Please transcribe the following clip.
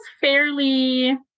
fairly